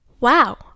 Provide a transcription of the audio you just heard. Wow